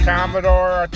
Commodore